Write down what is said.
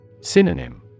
Synonym